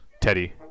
Teddy